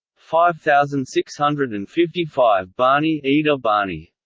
five thousand six hundred and fifty five barney and barney